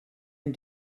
and